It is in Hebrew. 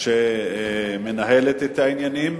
שמנהלת את העניינים